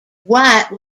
white